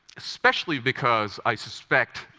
especially because, i suspect,